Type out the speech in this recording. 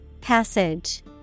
Passage